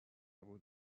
بود